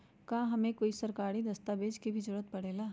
का हमे कोई सरकारी दस्तावेज के भी जरूरत परे ला?